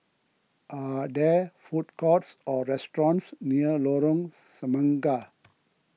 are there food courts or restaurants near Lorong Semangka